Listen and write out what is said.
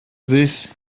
this